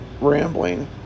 rambling